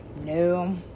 no